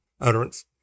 utterance